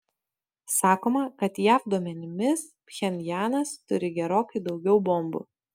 sakoma kad jav duomenimis pchenjanas turi gerokai daugiau bombų